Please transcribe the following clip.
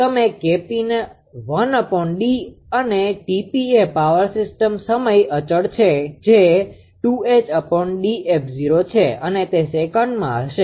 તમે 𝐾𝑝 ને 1𝐷 અને 𝑇𝑝 એ પાવર સિસ્ટમ સમય અચળ છે જે છે અને તે સેકન્ડમાં હશે